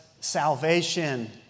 salvation